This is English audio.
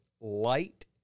light